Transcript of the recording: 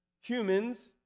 humans